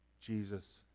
Jesus